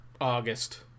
August